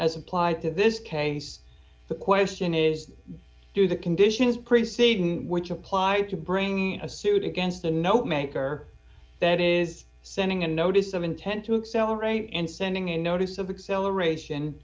as applied to this case the question is do the conditions preceding which apply to bring a suit against the note maker that is sending a notice of intent to accelerate and sending a notice of acceleration